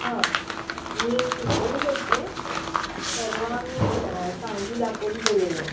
हां मी कुलकर्णी बोलते आहे परवा मी सांगली दापोली गेलेलो